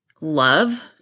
love